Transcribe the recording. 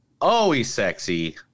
always-sexy